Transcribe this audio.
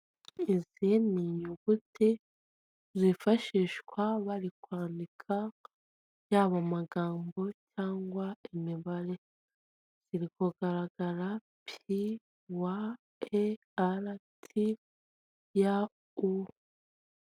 Izi ni inyuguti zifashishwa bari kwandika yaba amagambo cyangwa imibare ziri kugaragara pi wa e ara ti ya u.